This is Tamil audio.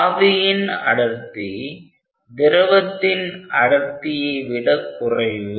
ஆவியின் அடர்த்தி திரவத்தின் அடர்த்தியை விடக் குறைவு